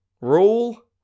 rule